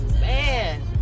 Man